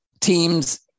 teams